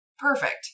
Perfect